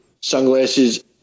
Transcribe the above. sunglasses